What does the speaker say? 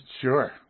Sure